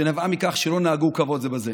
שנבעה מכך שלא נהגו כבוד זה בזה.